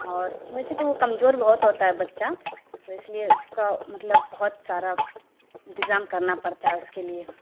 اور ویسے تو وہ کمزور بہت ہوتا ہے بچہ تو اس لیے اس کا مطلب بہت سارا انتظام کرنا پڑتا ہے اس کے لیے